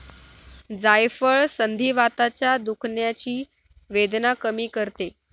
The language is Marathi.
जायफळ संधिवाताच्या दुखण्याची वेदना कमी करते